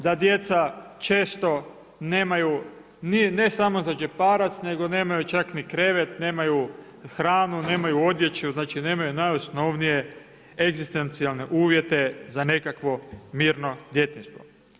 Da djeca često nemaju ne samo za džeparac, nego nemaju čak ni krevet, nemaju hranu, nemaju odjeću, znači nemaju najosnovnije egzistencijalne uvjete za nekakvo mirno djetinjstvo.